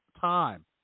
time